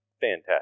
fantastic